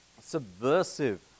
subversive